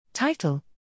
Title